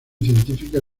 científica